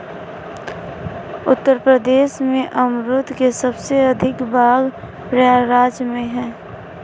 उत्तर प्रदेश में अमरुद के सबसे अधिक बाग प्रयागराज में है